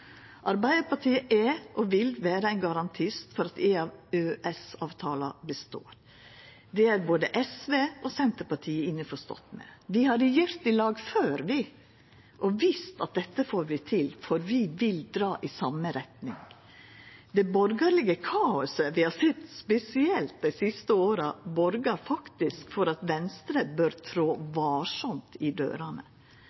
Arbeidarpartiet er og vil vera ein garantist for at EØS-avtalen består. Det er både SV og Senterpartiet innforstått med. Vi har regjert i lag før og vist at dette får vi til, for vi vil dra i same retning. Det borgarlege kaoset vi har sett spesielt dei siste åra, borgar faktisk for at Venstre bør trå